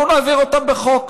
בואו נעביר אותם בחוק.